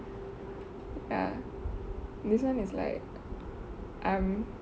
ya this one is like um